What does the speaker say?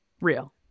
Real